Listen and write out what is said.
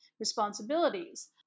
responsibilities